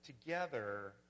together